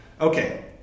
Okay